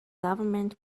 government